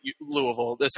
Louisville